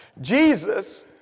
Jesus